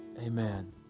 Amen